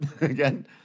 again